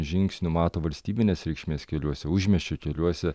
žingsnių mato valstybinės reikšmės keliuose užmiesčio keliuose